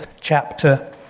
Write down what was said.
Chapter